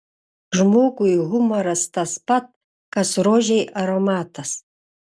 žmogui humoras tas pat kas rožei aromatas